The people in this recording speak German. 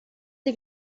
sie